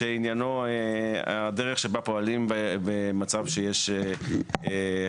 שעניינו הדרך שבה פועלים במצב שיש חריגה: